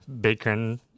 bacon